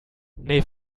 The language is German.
nee